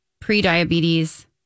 pre-diabetes